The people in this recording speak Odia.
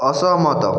ଅସହମତ